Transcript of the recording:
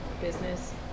business